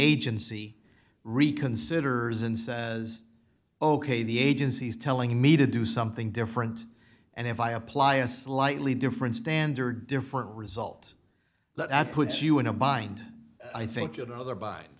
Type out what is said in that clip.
agency reconsiders and says ok the agency is telling me to do something different and if i apply a slightly different standard different result that puts you in a bind i think you know the